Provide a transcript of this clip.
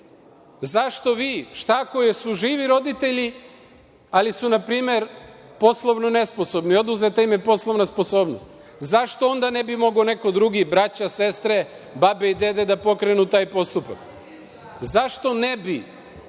Zašto vi, šta ako su živi roditelji, ali su na primer poslovno nesposobni, oduzeta im je poslovna sposobnost, zašto onda ne bi mogao neko drugi, braća, sestre, babe i dede da pokrenu taj postupak? Zašto ne bi